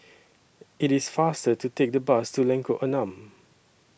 IT IS faster to Take The Bus to Lengkok Enam